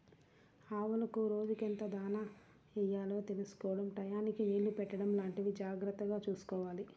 ఆవులకు రోజుకెంత దాణా యెయ్యాలో తెలుసుకోడం టైయ్యానికి నీళ్ళు పెట్టడం లాంటివి జాగర్తగా చూసుకోవాలి